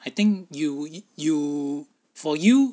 I think you you for you